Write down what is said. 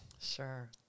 Sure